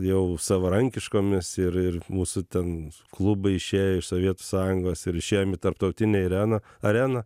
jau savarankiškomis ir ir mūsų ten klubai išėję iš sovietų sąjungos ir išėjom į tarptautinę areną areną